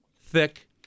thick